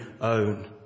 own